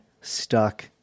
stuck